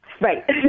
Right